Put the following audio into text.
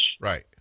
Right